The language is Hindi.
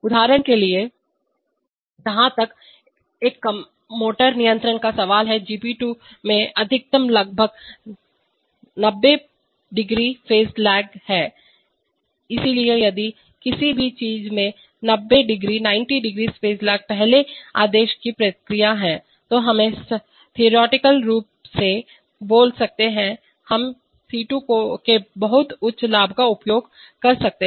उदाहरण के लिए जहां तक हमारे मोटर नियंत्रण का सवाल है GP2 में अधिकतम लगभग 90˚ फेज लेग है इसलिए यदि किसी चीज़ में 90˚फेज लेग पहले आदेश की प्रक्रिया है तो हम सैद्धांतिक रूप से बोल सकते हैं हम C2 के बहुत उच्च लाभ का उपयोग कर सकते हैं